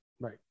Right